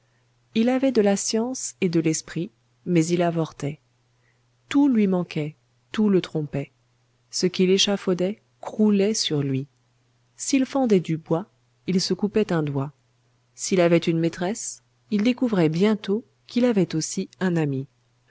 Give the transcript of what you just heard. il avait de la science et de l'esprit mais il avortait tout lui manquait tout le trompait ce qu'il échafaudait croulait sur lui s'il fendait du bois il se coupait un doigt s'il avait une maîtresse il découvrait bientôt qu'il avait aussi un ami